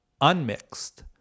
unmixed